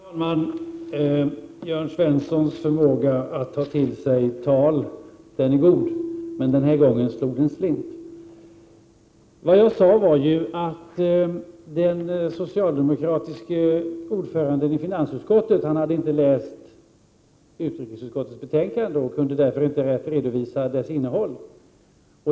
Fru talman! Jörn Svenssons förmåga att ta till sig tal är god, men den här gången slog den slint. Vad jag sade var att den socialdemokratiske ordföranden i finansutskottet inte hade läst utrikesutskottets betänkande och därför inte rätt kunde redovisa dess innehåll.